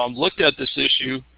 um looked at this issue